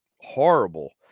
horrible